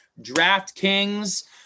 DraftKings